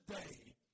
today